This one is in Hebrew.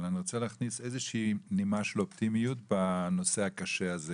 אבל אני רוצה להכניס איזושהי נימה של אופטימיות בנושא הקשה הזה